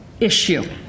issue